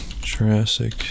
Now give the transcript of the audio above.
Jurassic